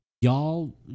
y'all